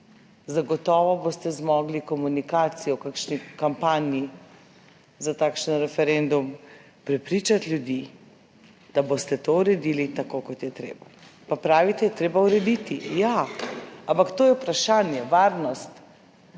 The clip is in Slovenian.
Zagotovo boste zmogli komunikacijo v kakšni kampanji za takšen referendum prepričati ljudi, da boste to uredili, tako kot je treba. Pa pravite je treba urediti. Ja, ampak to je vprašanje varnosti.